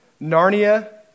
Narnia